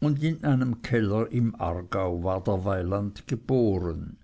und in einem keller im aargau ward er weiland geboren